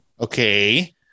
Okay